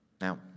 Now